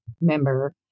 member